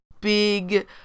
big